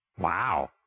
Wow